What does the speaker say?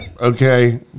Okay